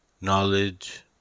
knowledge